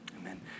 Amen